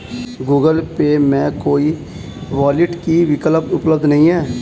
Google Pay में कोई wallet का विकल्प उपलब्ध नहीं है